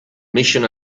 mission